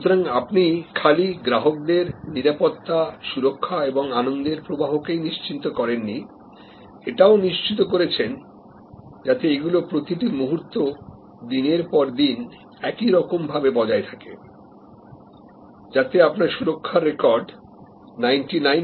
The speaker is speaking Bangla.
সুতরাং আপনি খালি গ্রাহকদের নিরাপত্তা সুরক্ষা এবং আনন্দের প্রবাহকে নিশ্চিত করেননি এটাও নিশ্চিত করেছেন যাতে এগুলি প্রতিটি মুহূর্ত দিনের পর দিন একইরকমভাবে বজায় থাকেযাতে আপনার সুরক্ষার রেকর্ড 9999 পারসেন্ট হতে পারে